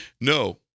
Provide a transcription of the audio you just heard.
No